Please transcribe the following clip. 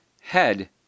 Head